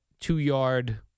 two-yard